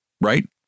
Right